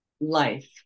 life